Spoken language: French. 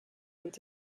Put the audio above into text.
ont